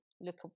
look